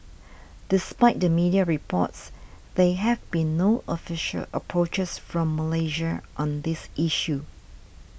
despite the media reports there have been no official approaches from Malaysia on this issue